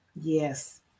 Yes